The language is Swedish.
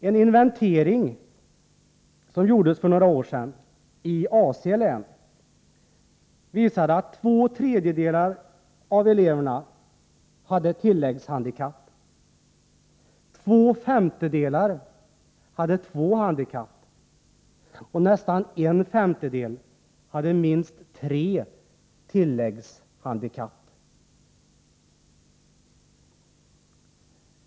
En inventering som gjordes för några år sedan i AC län visade att två tredjedelar av eleverna hade tilläggshandikapp, att två femtedelar hade två handikapp och att nästan en femtedel hade minst tre tilläggshandikapp.